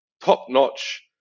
top-notch